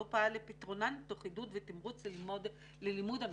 לא פעל לפתרונן תוך עידוד ותמרוץ ללימוד המקצוע.